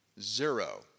Zero